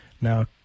Now